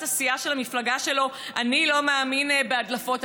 הסיעה של המפלגה שלו: אני לא מאמין בהדלפות.